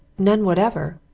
none whatever!